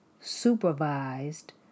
Supervised